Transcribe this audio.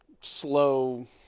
slow